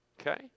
okay